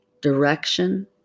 direction